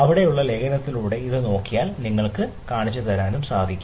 അവിടെയുള്ള ലേഖനത്തിലൂടെ നിങ്ങൾ നോക്കിയാൽ ഇത് കാണിച്ചിരിക്കുന്നു